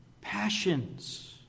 passions